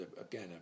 again